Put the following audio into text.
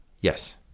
Yes